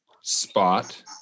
spot